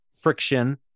friction